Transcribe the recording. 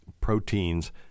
proteins